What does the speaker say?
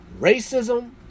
Racism